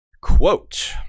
Quote